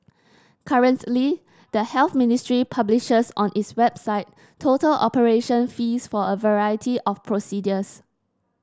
currently the Health Ministry publishes on its website total operation fees for a variety of procedures